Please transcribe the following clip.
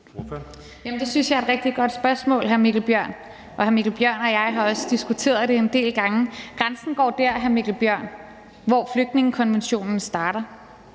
Det synes jeg er et rigtig godt spørgsmål, hr. Mikkel Bjørn. Hr. Mikkel Bjørn og jeg har også diskuteret det en del gange. Grænsen går der, hr. Mikkel Bjørn, hvor flygtningekonventionen starter.